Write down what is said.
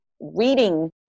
reading